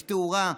יש תאורה,